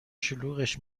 شلوغش